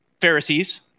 Pharisees